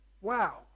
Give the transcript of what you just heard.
wow